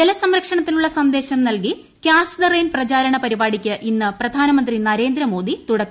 ജലസംരക്ഷണത്തിനുള്ള സന്ദേശം നൽകി catch the rain പ്രചാരണ പരിപാടിക്ക് ഇന്ന് പ്രധാനമന്ത്രി നരേന്ദ്ര മോദി തുടക്കം കുറിക്കും